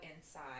inside